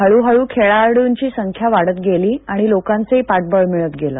हळूहळू खेळाडूंची संख्या वाढत गेली आणि लोकांचेही पाठबळ मिळत गेले